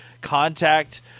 contact